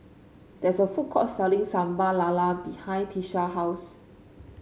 there is a food court selling Sambal Lala behind Tisha house